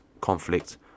conflict